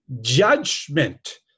judgment